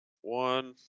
One